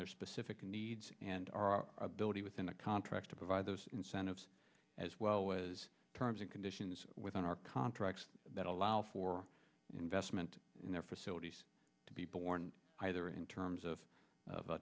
their specific needs and our ability within a contract to provide those incentives as well as terms and conditions within our contracts that allow for investment in their facilities to be borne either in terms of